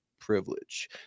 privilege